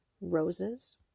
roses